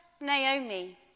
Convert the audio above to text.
Naomi